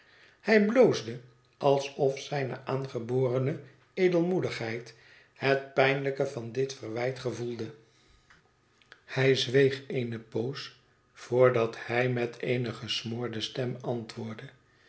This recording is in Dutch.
hij bloosde alsof zijne aangebonmg edelmoedigheid het pijnlijke van dit verwijt gevoelde hij zweeg eene poos voordat hij met eene gesmoorde stem antwoordde